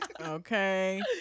Okay